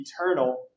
eternal